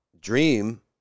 dream